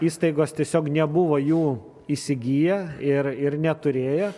įstaigos tiesiog nebuvo jų įsigiję ir ir neturėjo